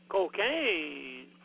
cocaine